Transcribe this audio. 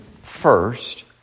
first